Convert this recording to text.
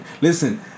Listen